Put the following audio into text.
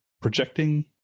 projecting